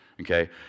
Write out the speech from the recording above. Okay